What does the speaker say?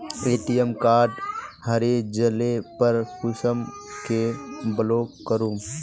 ATM card हरे जाले पर कुंसम के ब्लॉक करूम?